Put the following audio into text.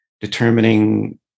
determining